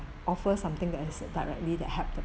offer something that instead directly that help the